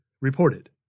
reported